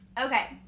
Okay